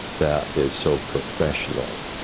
that is so professional.